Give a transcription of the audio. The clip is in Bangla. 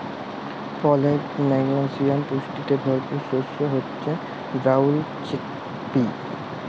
ফলেট, ম্যাগলেসিয়াম পুষ্টিতে ভরপুর শস্য হচ্যে ব্রাউল চিকপি